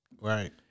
Right